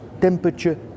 temperature